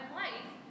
life